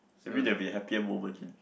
maybe can be happier moment